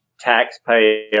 taxpayer